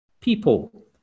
people